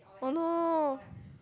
oh no